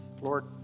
Lord